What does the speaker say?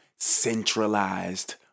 centralized